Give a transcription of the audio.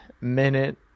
minute